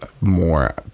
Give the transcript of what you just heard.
more